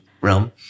realm